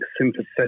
sympathetic